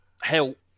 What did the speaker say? help